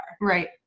Right